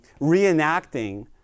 reenacting